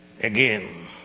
Again